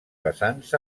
vessants